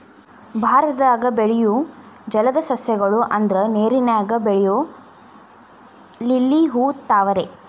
ಭಾರತದಾಗ ಬೆಳಿಯು ಜಲದ ಸಸ್ಯ ಗಳು ಅಂದ್ರ ನೇರಿನಾಗ ಬೆಳಿಯು ಲಿಲ್ಲಿ ಹೂ, ತಾವರೆ